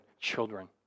children